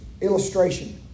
illustration